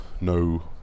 no